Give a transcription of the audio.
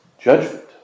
Judgment